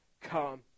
come